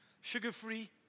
sugar-free